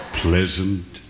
pleasant